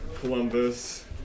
Columbus